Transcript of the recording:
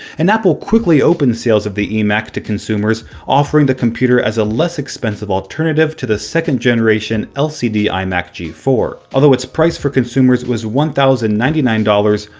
and apple quickly opened sales of the emac to consumers, offering the computer as a less expensive alternative to the second-generation lcd imac g four, although its price for consumers was one thousand and ninety nine dollars,